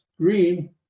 green